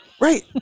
Right